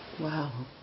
Wow